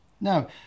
Now